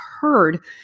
heard